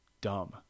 Dumb